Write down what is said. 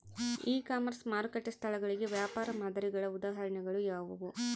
E commerce ಮಾರುಕಟ್ಟೆ ಸ್ಥಳಗಳಿಗೆ ವ್ಯಾಪಾರ ಮಾದರಿಗಳ ಉದಾಹರಣೆಗಳು ಯಾವುವು?